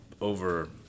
over